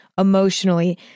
emotionally